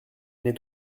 n’est